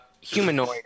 humanoid